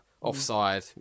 offside